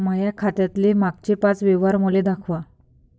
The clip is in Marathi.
माया खात्यातले मागचे पाच व्यवहार मले दाखवा